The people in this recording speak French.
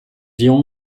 irons